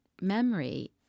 memory